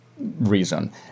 reason